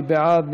מי בעד?